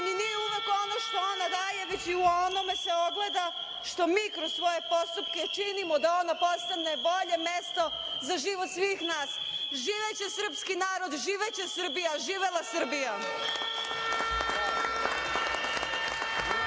i nije uvek ono što daje, već u onome se ogleda što mi kroz svoje postupke činimo da ona postane bolje mesto za život svih nas. Živeće srpski narod, živeće Srbija. Živela Srbija.